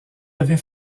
avez